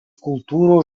kultūros